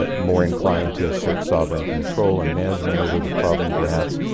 ah more inclined to assert sovereign control and management over the problem, perhaps.